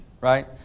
right